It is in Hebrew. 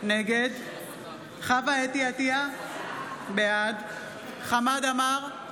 נגד חוה אתי עטייה, בעד חמד עמאר,